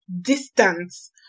distance